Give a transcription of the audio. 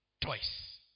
twice